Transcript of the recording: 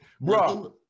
bro